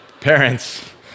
Parents